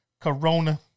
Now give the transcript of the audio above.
Corona